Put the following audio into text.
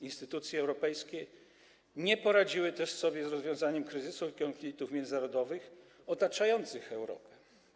Instytucje europejskie nie poradziły też sobie z rozwiązaniem kryzysów i konfliktów międzynarodowych otaczających Europę.